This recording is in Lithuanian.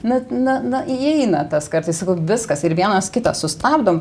na na na įeina tas kartais sakau viskas ir vienas kitą sustabdom